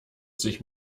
sich